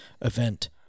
event